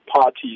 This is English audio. party